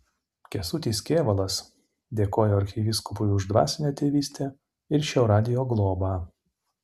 kęstutis kėvalas dėkojo arkivyskupui už dvasinę tėvystę ir šio radijo globą